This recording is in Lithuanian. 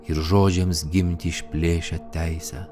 ir žodžiams gimti išplėšė teisę